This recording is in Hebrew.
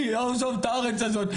אני אעזוב את הארץ הזאת,